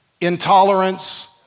intolerance